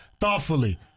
thoughtfully